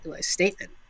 statement